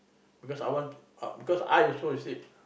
because I want because I also the same